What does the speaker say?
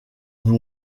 nous